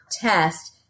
test